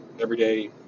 everyday